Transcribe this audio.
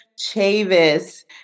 Chavis